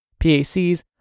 PACs